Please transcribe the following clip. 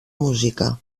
música